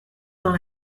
dans